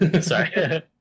Sorry